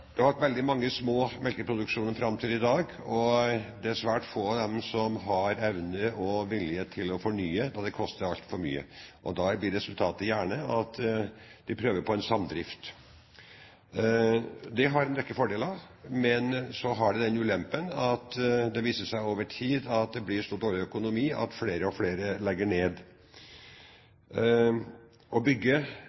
har hatt veldig mange små melkeprodusenter fram til i dag. Det er svært få av dem som har evne og vilje til å fornye, og det koster altfor mye. Da blir resultatet gjerne at man prøver på samdrift. Det har en rekke fordeler, men det har også den ulempen at det over tid viser seg at det blir så dårlig økonomi at flere og flere legger ned.